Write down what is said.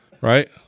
Right